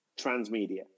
Transmedia